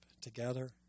together